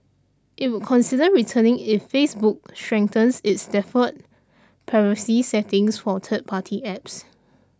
it would consider returning if Facebook strengthens its default privacy settings for third party apps